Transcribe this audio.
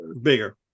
bigger